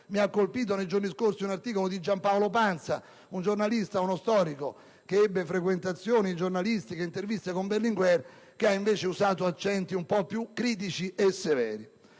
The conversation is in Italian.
Mi ha colpito, nei giorni scorsi, un articolo di Giampaolo Pansa, giornalista e storico che ebbe frequentazioni giornalistiche e interviste con Berlinguer, che invece ha usato accenti un po' più critici e severi.